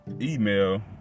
email